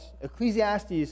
Ecclesiastes